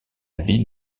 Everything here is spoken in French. ville